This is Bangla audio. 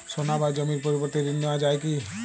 সোনা বা জমির পরিবর্তে ঋণ নেওয়া যায় কী?